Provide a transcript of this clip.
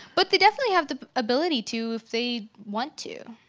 but they definitely have the ability to if they want to.